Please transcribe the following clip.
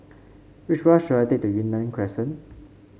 which bus should I take to Yunnan Crescent